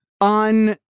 on